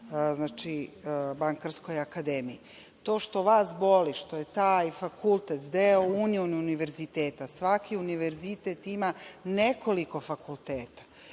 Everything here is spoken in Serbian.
bankarskoj akademiji. To što vas boli što je taj fakultet deo Union univerziteta, svaki univerzitet ima nekoliko fakulteta.